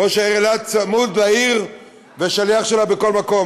ראש העיר אילת צמוד לעיר ושליח שלה בכל מקום.